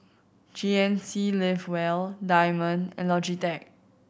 G N C Live Well Diamond and Logitech